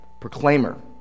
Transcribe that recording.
proclaimer